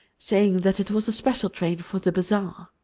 saying that it was a special train for the bazaar.